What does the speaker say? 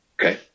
Okay